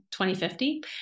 2050